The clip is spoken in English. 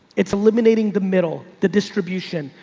it's eliminating the middle, the distribution.